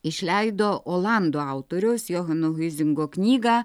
išleido olandų autoriaus johano hiuzingo knygą